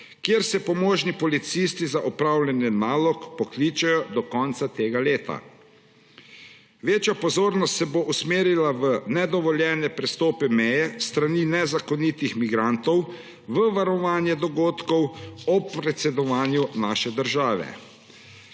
kjer se pomožni policisti za opravljanje nalog pokličejo do konca tega leta. Večja pozornost se bo usmerila v nedovoljene prestope meje s strani nezakonitih migrantov, v varovanje dogodkov ob predsedovanju naše države.